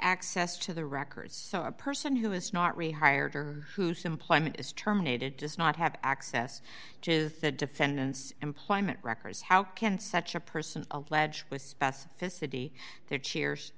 access to the records so a person who is not rehired or whose employment is terminated does not have access to the defendant's employment records how can such a person allege with both the city their cheers